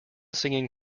singing